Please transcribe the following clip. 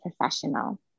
professional